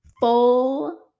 full